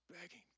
begging